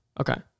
Okay